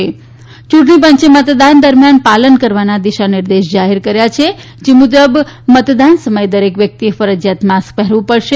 યૂંટણીપંચે મતદાન દરમ્યાન પાલન કરવાના દિશાનિર્દેશ જાહેર કર્યા છે જે મુજબ મતદાન સમયે દરેક વ્યક્તિએ ફરજીયાત માસ્ક પહેરવું પડશે